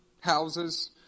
houses